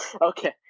Okay